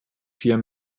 vier